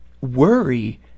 Worry